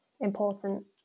important